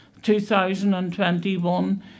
2021